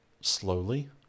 slowly